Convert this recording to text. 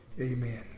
Amen